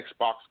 xbox